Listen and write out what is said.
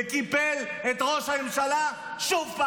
וקיפל את ראש הממשלה שוב.